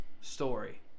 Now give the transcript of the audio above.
story